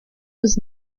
was